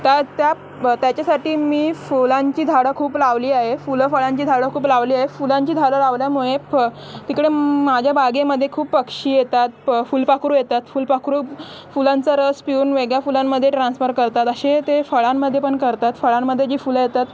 तर त्या त्याच्यासाठी मी फुलांची झाडं खूप लावली आहे फुलं फळांची झाडं खूप लावली आहे फुलांची झाडं लावल्यामुळे फ तिकडे माझ्या बागेमध्ये खूप पक्षी येतात प फुलपाखरू येतात फुलपाखरू फुलांचा रस पिऊन वेगळ्या फुलांमध्ये ट्रान्सफर करतात असे ते फळांमध्ये पण करतात फळांमध्ये जी फुलं येतात